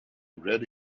read